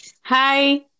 Hi